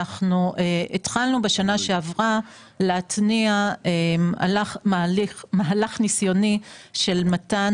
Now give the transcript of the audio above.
אנחנו התחלנו בשנה שעברה להתניע מהלך ניסיוני של מתן